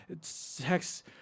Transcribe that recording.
sex